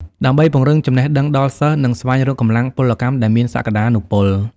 ដើម្បីពង្រឹងចំណេះដឹងដល់សិស្ស និងស្វែងរកកម្លាំងពលកម្មដែលមានសក្តានុពល។